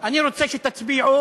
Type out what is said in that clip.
אני רוצה שתצביעו,